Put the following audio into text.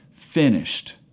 finished